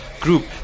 group